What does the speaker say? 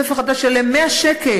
ספר חדש יעלה 100 שקל,